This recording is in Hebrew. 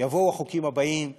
יבואו החוקים הבאים שיגידו: